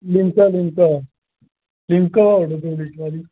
Limca Limca Limca पाई ओड़ेओ दौ लीटर आह्ली